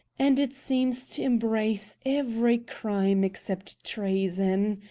and it seems to embrace every crime except treason.